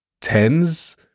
tens